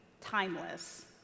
timeless